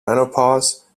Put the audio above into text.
menopause